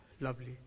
lovely